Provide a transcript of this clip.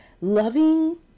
loving